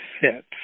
fit